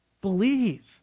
believe